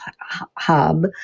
hub